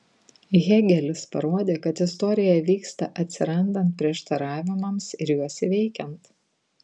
hėgelis parodė kad istorija vyksta atsirandant prieštaravimams ir juos įveikiant